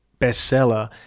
bestseller